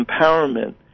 empowerment